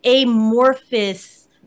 amorphous